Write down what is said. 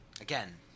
Again